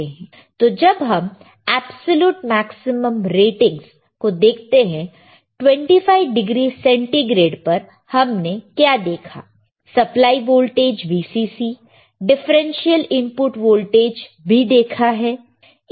तो जब हम एप्सलूट मैक्सिमम रेटिंग को देखते हैं 25 डिग्री सेंटीग्रेड पर हमने क्या देखा supply voltage Vcc differential input voltage भी देखा है